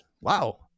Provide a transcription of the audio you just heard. wow